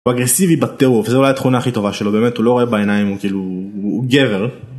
הוא אגרסיבי בטרוף, וזה אולי התכונה הכי טובה שלו, באמת, הוא לא רואה בעיניים, הוא כאילו... הוא גבר.